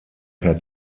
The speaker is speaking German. per